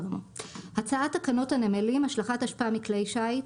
הצעת תקנות הנמלים (השלכת אשפה מכלי שיט),